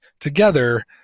together